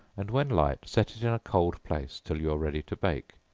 and when light, set it in a cold place, till you are ready to bake,